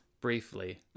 Briefly